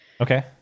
Okay